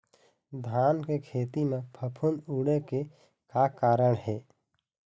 धान के खेती म फफूंद उड़े के का कारण हे?